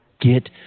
Get